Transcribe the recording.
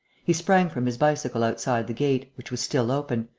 he sprang from his bicycle outside the gate, which was still open,